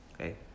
Okay